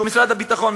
משרד הביטחון,